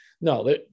No